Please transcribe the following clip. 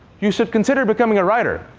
you should consider becoming a writer.